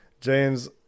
James